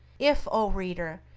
if, o reader!